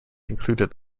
included